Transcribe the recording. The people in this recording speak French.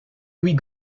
louis